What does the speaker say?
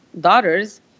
daughters